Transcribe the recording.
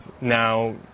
Now